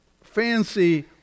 fancy